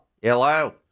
Hello